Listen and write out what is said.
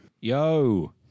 Yo